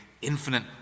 infinite